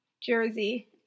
Jersey